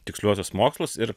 tiksliuosius mokslus ir